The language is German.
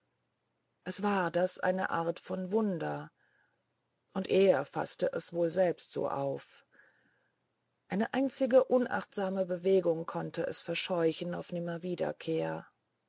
es war das eine art von wunder und er faßte es wohl selbst so auf eine einzige unachtsame bewegung konnte es verscheuchen auf